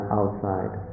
outside